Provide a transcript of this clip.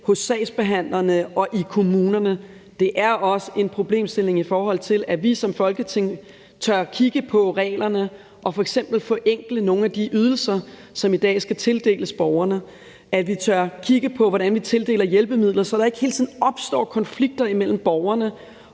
hos sagsbehandlerne og i kommunerne; det er også en problemstilling, i forhold til at vi som Folketing tør kigge på reglerne og f.eks. forenkle nogle af de ydelser, som i dag skal tildeles borgerne; at vi tør kigge på, hvordan vi tildeler hjælpemidler, så der ikke hele tiden opstår konflikter imellem borgerne